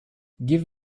give